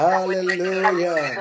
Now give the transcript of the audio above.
Hallelujah